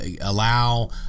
allow